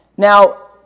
Now